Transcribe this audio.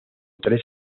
tres